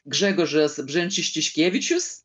gžegožas bženčiškevičius